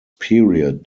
period